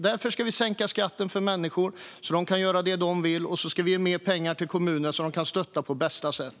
Därför ska vi sänka skatten för människor så att de kan göra det de vill och ge mer pengar till kommunerna så att de kan stötta på bästa sätt.